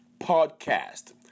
podcast